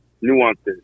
nuances